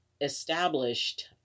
established